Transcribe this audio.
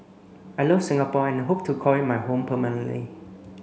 I love Singapore and hope to call it my home permanently